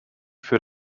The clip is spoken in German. für